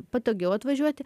patogiau atvažiuoti